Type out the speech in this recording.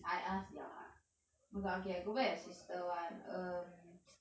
I ask liao !huh! oh my god okay I go back at sister [one] um